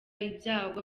ibyago